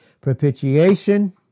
propitiation